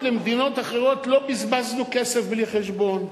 למדינות אחרות לא בזבזנו כסף בלי חשבון".